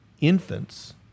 infants